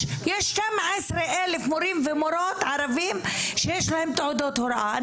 יש כמה עשרות אלפי מורים ומורות ערבים שיש להם תעודות הוראה.